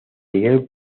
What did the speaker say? miguel